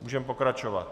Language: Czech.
Můžeme pokračovat.